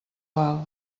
val